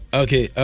okay